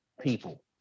people